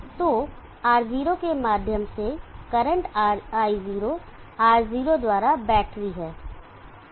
तो R0 के माध्यम से current i0 R0 V battery है